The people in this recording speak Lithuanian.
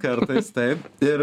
kartais taip ir